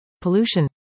Pollution